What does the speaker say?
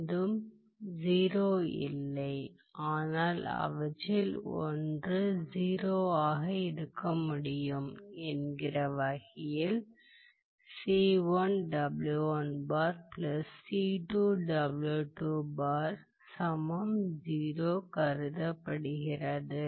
இரண்டும் 0 இல்லை ஆனால் அவற்றில் ஒன்று 0 ஆக இருக்க முடியும் என்கிற வகையில்கருதப்படுகிறது